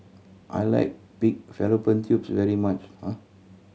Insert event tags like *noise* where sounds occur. I like pig fallopian tubes very much *hesitation*